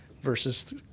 versus